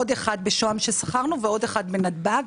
עוד אחד בשוהם ששכרנו ועוד אחד בנתב"ג.